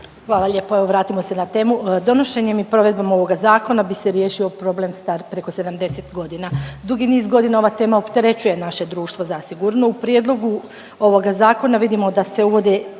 Hvala lijepo. Evo, vratimo se na temu. Donošenjem i provedbom ovog Zakona bi se riješio problem star preko 70 godina. Dugi niz godina ova tema opterećuje naše društvo zasigurno. U prijedlogu ovoga Zakona vidimo da se uvode